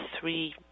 three